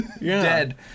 dead